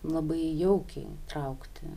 labai jaukiai traukti